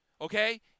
okay